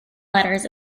letters